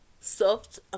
soft